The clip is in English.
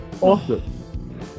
awesome